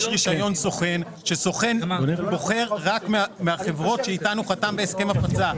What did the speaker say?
יש רישיון סוכן וסוכן בוחר רק מהחברות שאיתן הוא חתם הסכם הפצה.